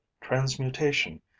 transmutation